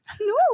No